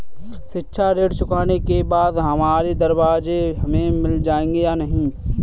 शिक्षा ऋण चुकाने के बाद हमारे दस्तावेज हमें मिल जाएंगे या नहीं?